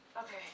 Okay